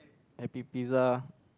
happy pizza